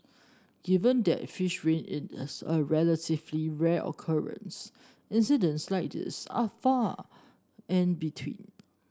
given that fish rain is a relatively rare occurrence incidents like these are far and between